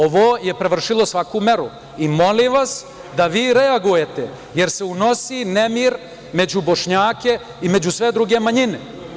Ovo je prevršilo svaku meru i molim vas da vi reagujete, jer se unosi nemir među Bošnjake i među sve druge manjine.